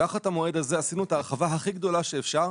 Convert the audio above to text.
תחת המועד הזה עשינו את ההרחבה הכי גדולה שאפשר,